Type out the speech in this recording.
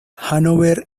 hannover